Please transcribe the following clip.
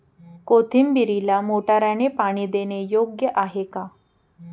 कोथिंबीरीला मोटारने पाणी देणे योग्य आहे का?